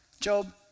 Job